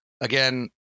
again